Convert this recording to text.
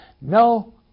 No